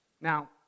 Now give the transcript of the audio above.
Now